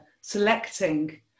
selecting